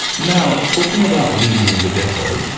now, talking about leaving the ghetto,